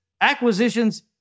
Acquisitions